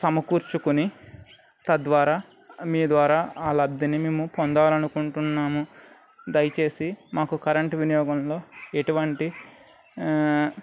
సమకూర్చుకుని తద్వారా మీ ద్వారా ఆ లబ్ధిని మేము పొందాలి అనుకుంటున్నాము దయచేసి మాకు కరెంటు వినియోగంలో ఎటువంటి